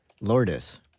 Lourdes